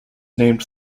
named